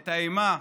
את האימה,